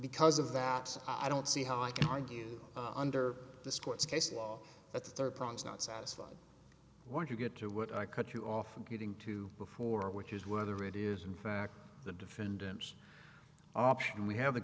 because of that i don't see how i can argue under the sports case law that the third prong is not satisfied once you get to what i cut you off from getting to before which is whether it is in fact the defendant option we have the